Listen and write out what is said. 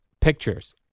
pictures